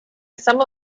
some